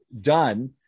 done